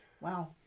Wow